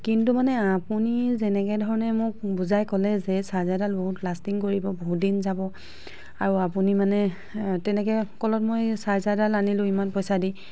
কিন্তু মানে আপুনি যেনেকৈ ধৰণে মোক বুজাই ক'লে যে চাৰ্জাৰডাল বহুত লাষ্টিং কৰিব বহুত দিন যাব আৰু আপুনি মানে তেনেকৈ ক'লত মই চাৰ্জাৰডাল আনিলো ইমান পইচা দি